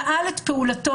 פעל את פעולתו,